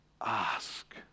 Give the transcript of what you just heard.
Ask